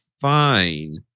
fine